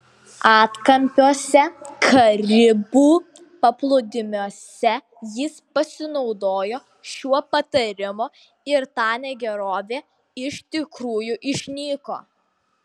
atkampiuose karibų paplūdimiuose jis pasinaudojo šiuo patarimu ir ta negerovė iš tikrųjų išnyko